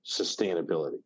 sustainability